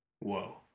Whoa